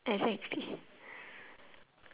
exactly